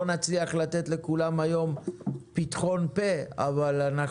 לא נצליח לתת לכולם פתחון פה היום,